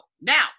Now